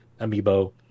Amiibo